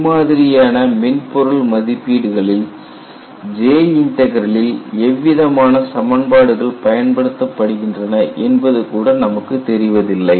இம்மாதிரியான மென்பொருள் மதிப்பீடுகளில் J இன்டக்ரலில் எவ்விதமான சமன்பாடுகள் பயன்படுத்தப்படுகின்றன என்பதுகூட நமக்கு தெரிவதில்லை